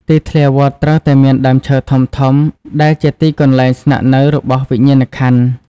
ទីធ្លាវត្ត ត្រូវតែមានដើមឈើធំៗ ដែលជាទីកន្លែងស្នាក់នៅរបស់វិញ្ញាណក្ខន្ធ។